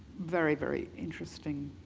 very very interesting